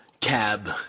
cab